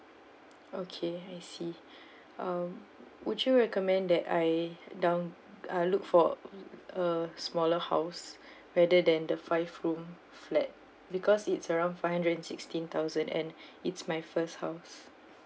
okay I see uh would you recommend that I down~ uh look for a smaller house rather than the five room flat because it's around five hundred and sixteen thousand and it's my first house